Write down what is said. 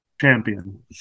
Champion